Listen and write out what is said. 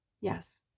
yes